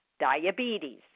Diabetes